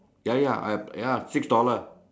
ya ya I ya six dollar